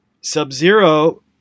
Sub-Zero